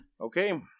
Okay